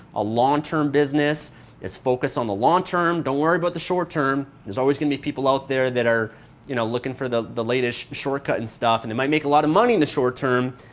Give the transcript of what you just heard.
a long-term business is focus on the long-term, don't worry about the short-term. there's always going to be people out there that are you know looking for the the latest shortcut and stuff. and they may make a lot of money in the short-term,